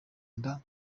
nda